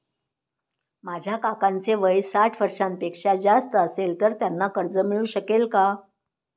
माझ्या काकांचे वय साठ वर्षांपेक्षा जास्त असेल तर त्यांना कर्ज मिळू शकेल का?